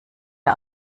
der